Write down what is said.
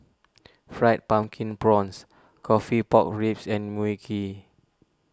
Fried Pumpkin Prawns Coffee Pork Ribs and Mui Kee